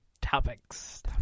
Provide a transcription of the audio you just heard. topics